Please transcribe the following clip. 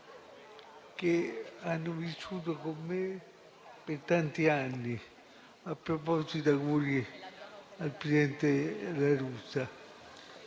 che hanno vissuto con me per tanti anni - a proposito, auguri al presidente La Russa